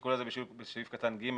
השיקול הזה בסעיף קטן (ג),